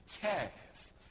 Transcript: calf